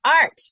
art